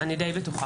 אני דיי בטוחה.